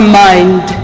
mind